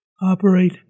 operate